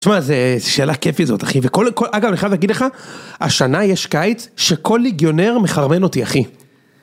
תשמע, זו שאלה כיף זאת, אחי, וכל... אגב, אני חייב להגיד לך, השנה יש קיץ שכל ליגיונר מחרמן אותי, אחי.